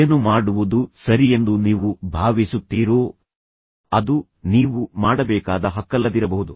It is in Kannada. ಏನು ಮಾಡುವುದು ಸರಿಯೆಂದುನೀವು ಭಾವಿಸುತ್ತೀರೋ ಅದು ನೀವು ಮಾಡಬೇಕಾದ ಹಕ್ಕಲ್ಲದಿರಬಹುದು